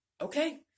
Okay